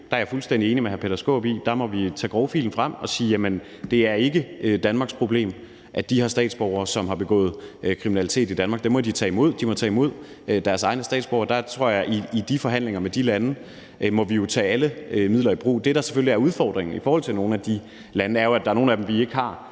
der er jeg fuldstændig enig med hr. Peter Skaarup i, at der må vi tage grovfilen frem og sige, at det ikke er Danmarks problem med de her statsborgere, som har begået kriminalitet i Danmark, og at de må tage imod deres egne statsborgere. Jeg tror, at i de forhandlinger med de lande må vi tage alle midler i brug. Det, der selvfølgelig er udfordringen i forhold til nogle af de lande, er, at der er nogle af dem, vi ikke har